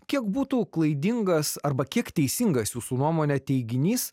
kiek būtų klaidingas arba kiek teisingas jūsų nuomone teiginys